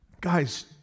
guys